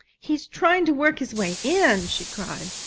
he is trying to work his way in, she cried.